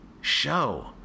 show